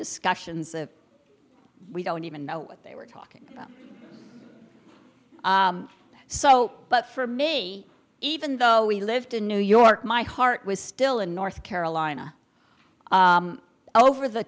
discussions of we don't even know what they were talking about so but for me even though we lived in new york my heart was still in north carolina over the